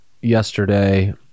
yesterday